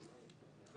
הרביזיה (48)